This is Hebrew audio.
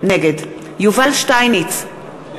נגד יובל שטייניץ,